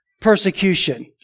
persecution